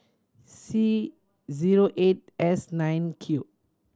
C zero eight S nine Q